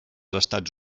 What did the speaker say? estats